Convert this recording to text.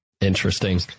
interesting